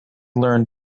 learned